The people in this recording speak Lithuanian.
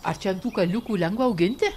ar čia ant tų kalniukų lengva auginti